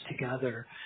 together